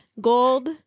gold